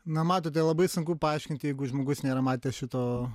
na matote labai sunku paaiškinti jeigu žmogus nėra matęs šito